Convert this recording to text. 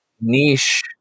niche